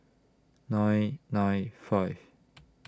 nine nine five